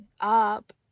up